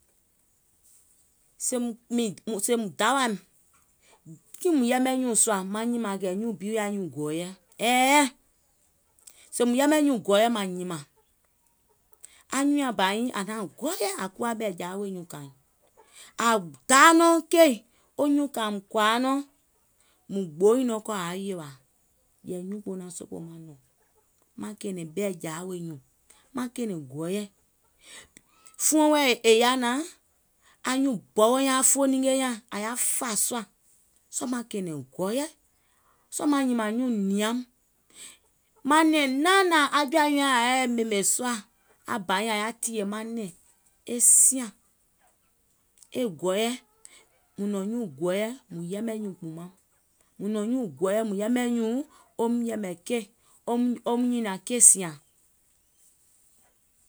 Sèèùm dawàìm kiìŋ mùŋ yɛmɛ̀ nyùùŋ sùà maŋ nyìmàŋ kɛ̀ nyùùŋ bi yaà nyuùŋ gɔ̀ɔ̀yɛ, ɛ̀ɛɛ̀, sèè mùŋ yɛmɛ̀ nyuùŋ gɔ̀ɔ̀yɛ màŋ nyimàŋ. Anyùùŋ nyaŋ bà nyiŋ naŋ gɔɔyɛ̀ àŋ kuwa ɓɛ̀ɛ̀jàa weè nyuùŋ kàìŋ. Àŋ daa nɔŋ keì nyuùŋ kàìŋ kɔ̀àa nɔŋ àaŋ yèwà, yɛ̀ì nyuùnkpùuŋ naŋ sòpoò maŋ nɔ̀ŋ, maŋ kɛ̀ɛ̀nɛ̀ŋ ɓɛ̀ɛ̀jàa wèè nyùùŋ, maŋ kɛ̀ɛ̀nɛ̀ŋ gɔ̀ɔ̀yɛ. Fuɔŋ è yaà naàŋ, anyuùŋ bɔwɔ nyàŋ, fooninge nyàŋ àŋ yaà fà sùà, sɔɔ̀ maŋ kɛ̀ɛ̀nɛ̀ŋ gɔ̀ɔ̀yɛ, sɔɔ̀ maŋ nyìmàŋ nyuùŋ nìaum, manɛ̀ŋ naanààŋ aŋ jɔ̀à wi nyàŋ yaà yɛi ɓèmè sùà, aŋ bà nyiŋ yaà tììyè manɛ̀ŋ, e gɔ̀ɔ̀yɛ, mùŋ nɔ̀ŋ nyuùŋ gɔ̀ɔ̀yɛ, mùŋ yɛmɛ̀ nyuùŋ kpùùmaum, mùŋ nɔ̀ŋ nyuùŋ gɔ̀ɔ̀yɛ mùŋ yɛmɛ̀ nyùùŋ woum nyìnìàŋ keì sìàŋ.